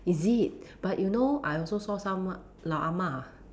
is it but you know I also saw some 老 ah-ma